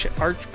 Arch